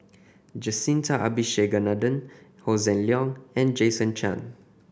Jacintha Abisheganaden Hossan Leong and Jason Chan